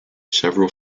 several